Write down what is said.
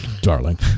darling